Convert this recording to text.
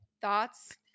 Thoughts